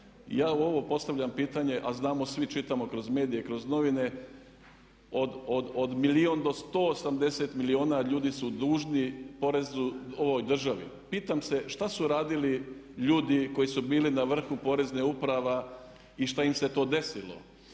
Ja u ovo postavljam pitanje, a znamo svi, čitamo kroz medije, kroz novine od milijun do 180 milijuna ljudi su dužni poreza ovoj državi. Pitam se šta su radili ljudi koji su bili na vrhu Poreznih uprava i što im se to desilo.